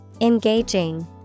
Engaging